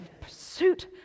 pursuit